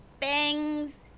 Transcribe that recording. bangs